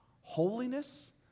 holiness